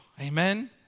Amen